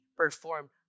performed